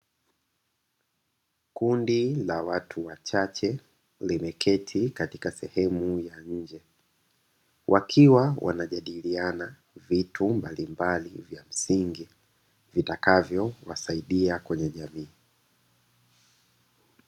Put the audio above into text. Kundi la watu wachache limeketi katika sehemu ya nje, wakiwa wanajadiliana vitu mbalimbali vya msingi vitakavyowasaidia kwenye jamii.